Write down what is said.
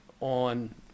on